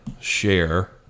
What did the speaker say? share